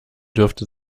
dürfte